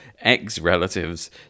ex-relatives